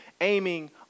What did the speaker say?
aiming